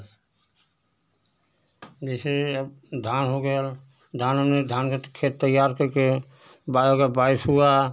जैसे अब धान हो गएल धान ओन में धान का तो खेत तैयार करके बाद अगर बारिश हुआ